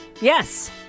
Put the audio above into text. Yes